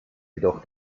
jedoch